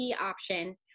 option